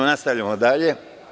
Nastavljamo dalje.